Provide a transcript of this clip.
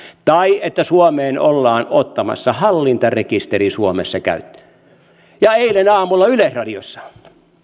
tai että suomessa ollaan ottamassa hallintarekisteri käyttöön eilen aamulla yleisradiossa